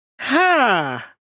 Ha